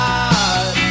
God